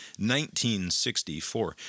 1964